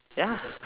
ya